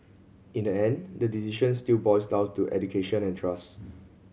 in the end the decision still boils down to education and trust